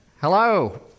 Hello